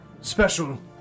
special